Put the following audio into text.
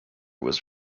was